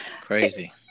Crazy